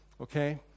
Okay